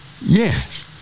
Yes